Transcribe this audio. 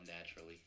naturally